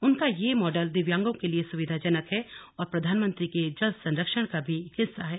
उनका यह मॉडल दिव्यांगों के लिए सुविधाजनक है और प्रधानमंत्री के जल संरक्षण का भी हिस्सा है